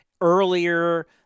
earlier